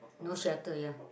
no shelter ya